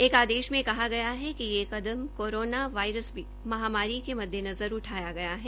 एक आदेश में कहा गया है कि ये कदम कोरोना वायरस महामारी के मद्देनज़र उठाया गया है